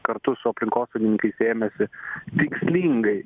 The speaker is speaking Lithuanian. kartu su aplinkosaugininkais ėmėsi tikslingai